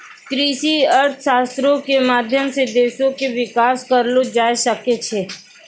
कृषि अर्थशास्त्रो के माध्यम से देशो के विकास करलो जाय सकै छै